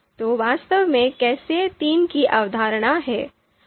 तो वास्तव में कैसे III की अवधारणा है